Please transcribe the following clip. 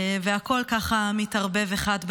והכול ככה מתערב באחד בשני,